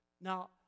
Now